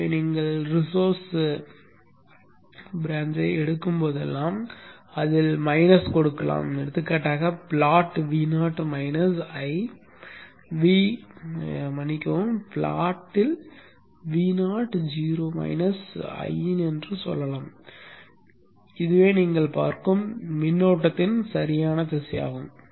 எனவே நீங்கள் ரிசோர்ஸ் கிளையை எடுக்கும் போதெல்லாம் அதில் மைனஸ் கொடுக்கலாம் எடுத்துக்காட்டாக plot Vo minus I V ஐ மன்னிக்கவும் ப்ளாட்டில் Vo 0 மைனஸ் Iin என்று சொல்லலாம் இதுவே நீங்கள் பார்க்கும் மின்னோட்டத்தின் சரியான திசையாகும்